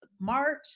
March